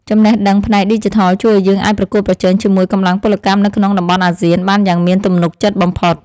ចំណេះដឹងផ្នែកឌីជីថលជួយឱ្យយើងអាចប្រកួតប្រជែងជាមួយកម្លាំងពលកម្មនៅក្នុងតំបន់អាស៊ានបានយ៉ាងមានទំនុកចិត្តបំផុត។